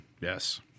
yes